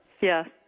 Yes